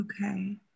Okay